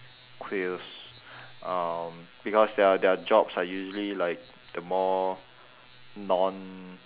queers um because their their jobs are usually like the more non